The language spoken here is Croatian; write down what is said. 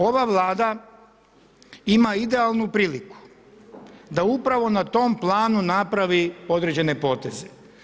Ova Vlada ima idealnu priliku da upravo na tom planu napravi određene poteze.